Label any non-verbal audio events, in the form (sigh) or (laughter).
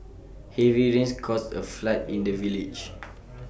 heavy rains caused A flood in the village (noise)